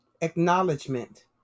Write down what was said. Acknowledgement